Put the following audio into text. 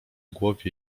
głowie